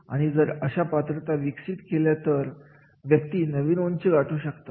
आणि जर अशा पात्रता विकसित केल्या तर व्यक्ती नवीन उंची गाठू शकतात